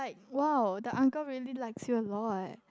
!wow! the uncle really likes you a lot